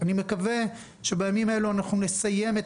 אני מקווה שבימים האלו אנחנו נסיים את